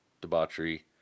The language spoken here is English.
debauchery